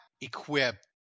equipped